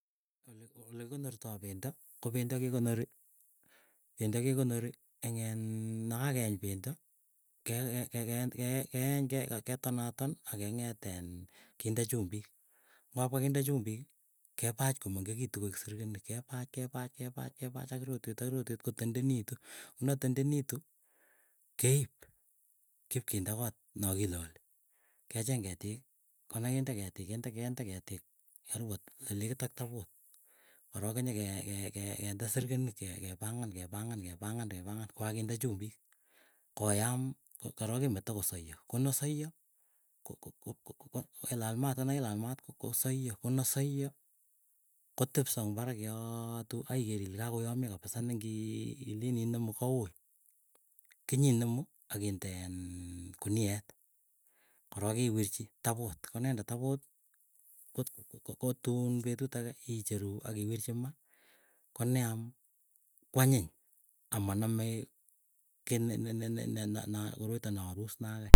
Lekikonortoi pendo, ko pendo kekonori eng en nokakeny pendo keny ke ketonaton akeng'et iin, kinde chumbiik. Koap kokakinde chumbiki, kepach komengekitu koek sirikenik, kepach kepach kepach kepach ak rotwek ak rotwet kotendenitu. Kona tendenitu keip kipkinde koot na kilali kecheng ketik. Konakinde ketik, kende ketik arukot lekit ak taput korok kenyekende sirikenik kepangan kepangan kepangan kepangan kokakinde chumik. Koyam korok kemoto kosaiyo konasaiyo ko ko kelal maat konakilaal maat, kosaiyo konasaiyo kotepso ngparak yoo tu aij=ker ile, kakoyamya kabisa nengilen inemu koui. Kinyinemu akinden kuniet korook iwirchi taput konende taput `kot ko tun petut agee icheru akiwirchi maa koneam kwany. Amanamei kiiy ne ne ne na koroito na arus nakai.